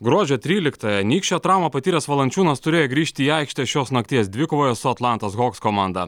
gruodžio tryliktąją nykščio traumą patyręs valančiūnas turėjo grįžti į aikštę šios nakties dvikovoje su atlantos hawks komanda